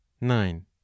Nine